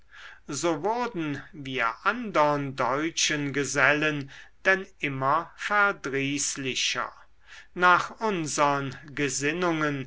so wurden wir andern deutschen gesellen denn immer verdrießlicher nach unsern gesinnungen